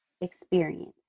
experience